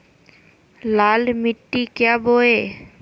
लाल मिट्टी क्या बोए?